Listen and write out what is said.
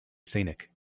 scenic